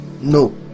no